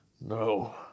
No